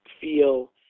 feel